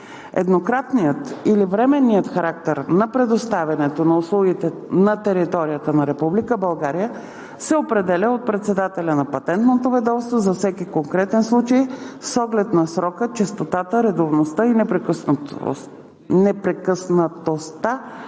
Еднократният или временният характер на предоставянето на услугите на територията на Република България се определя от председателя на Патентното ведомство за всеки конкретен случай с оглед на срока, честотата, редовността и непрекъснатостта